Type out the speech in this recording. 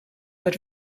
had